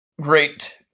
great